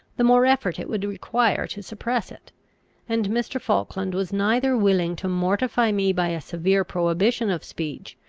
the more effort it would require to suppress it and mr. falkland was neither willing to mortify me by a severe prohibition of speech,